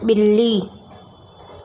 ॿिली